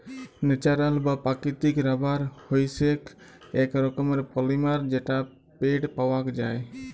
natural বা প্রাকৃতিক rubber হইসেক এক রকমের পলিমার যেটা পেড় পাওয়াক যায়